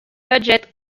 budget